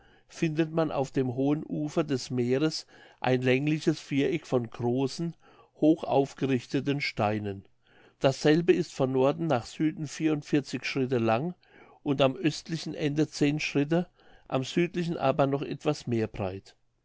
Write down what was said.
findet man auf dem hohen ufer des meeres ein längliches viereck von großen hoch aufgerichteten steinen dasselbe ist von norden nach süden vier und vierzig schritte lang und am nördlichen ende zehn schritte am südlichen aber noch etwas mehr breit